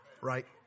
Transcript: right